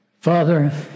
Father